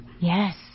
Yes